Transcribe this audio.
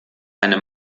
eine